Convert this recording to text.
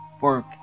work